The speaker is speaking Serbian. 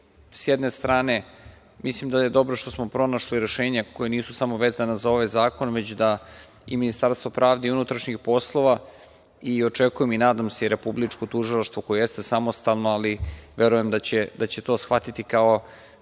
s jedne strane mislim da je dobro što smo pronašli rešenja koja nisu samo vezana za ovaj zakon, već da i Ministarstvo pravde i unutrašnjih poslova, i očekujem i nadam se, i Republičko tužilaštvo koje jeste samostalno, ali verujem da će to shvatiti kao